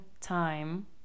time